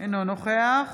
אינו נוכח